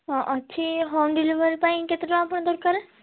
ହଁ ଅଛି home delivery ପାଇଁ କେତେ ଟଙ୍କା ପୁଣି ଦରକାର